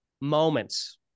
moments